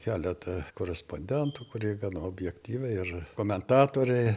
keletą korespondentų kurie gana objektyviai ir komentatoriai